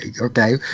okay